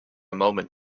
moment